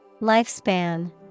Lifespan